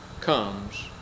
comes